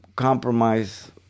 compromise